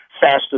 faster